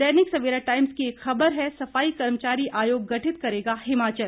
दैनिक Savera Times की एक खबर है सफाई कर्मचारी आयोग गठित करेगा हिमाचल